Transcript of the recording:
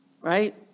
right